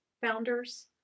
Founders